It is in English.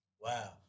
Wow